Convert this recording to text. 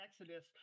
Exodus